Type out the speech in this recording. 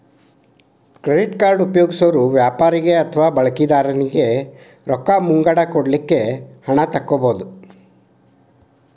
credit card ಉಪಯೊಗ್ಸೊರು ವ್ಯಾಪಾರಿಗೆ ಅಥವಾ ಬಳಕಿದಾರನಿಗೆ ರೊಕ್ಕ ಮುಂಗಡ ನೇಡಲಿಕ್ಕೆ ಹಣ ತಕ್ಕೊಬಹುದು